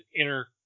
inner